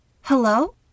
Hello